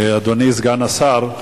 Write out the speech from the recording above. אדוני סגן השר,